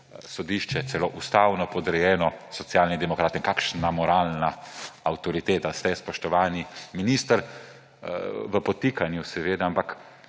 sodišče, celo Ustavno sodišče, podrejeno Socialnim demokratom. Kakšna moralna avtoriteta ste, spoštovani minister, v podtikanju seveda. Ampak